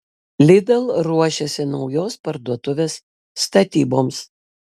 lidl ruošiasi naujos parduotuvės statyboms